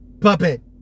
puppet